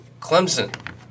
Clemson